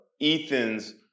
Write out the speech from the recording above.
Ethan's